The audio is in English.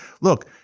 Look